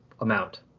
amount